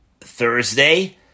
Thursday